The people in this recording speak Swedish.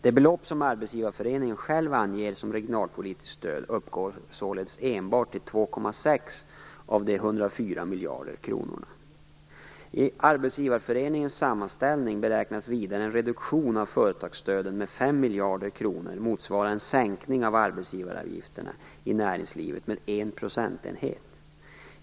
Det belopp som Arbetsgivareföreningen själv anger som regionalpolitiskt stöd uppgår således endast till 2,6 av de 104 miljarder kronorna. I Arbetsgivareföreningens sammanställning beräknas vidare en reduktion av företagsstöden med 5 miljarder kronor motsvara en sänkning av arbetsgivaravgifterna i näringslivet med en procentenhet.